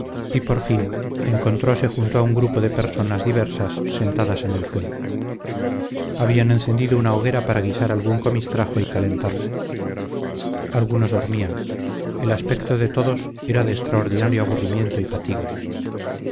y por fin encontrose junto a un grupo de personas diversas sentadas en el suelo habían encendido una hoguera para guisar algún comistrajo y calentarse algunos dormían el aspecto de todos era de extraordinario aburrimiento y fatiga